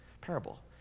parable